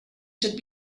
should